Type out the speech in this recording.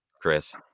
Chris